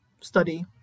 study